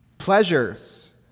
pleasures